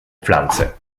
pflanze